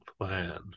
plan